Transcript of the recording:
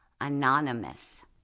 Anonymous